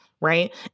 right